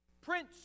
Prince